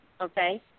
okay